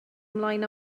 ymlaen